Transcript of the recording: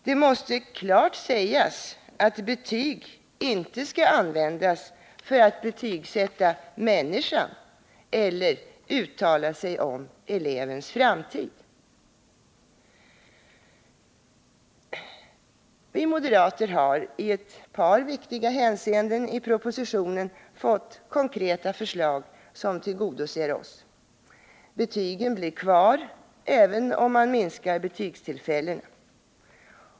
Det måste klart sägas att betygen inte skall användas för att betygsätta människan eller uttala sig om elevens framtid. Vi moderater har i ett par viktiga hänseenden i propositionen fått konkreta förslag som tillgodoser oss. Betygen blir kvar, även om man minskar betygstillfällena.